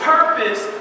Purpose